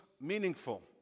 meaningful